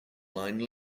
line